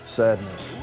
sadness